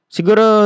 Siguro